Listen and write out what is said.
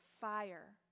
fire